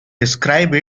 describe